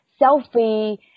selfie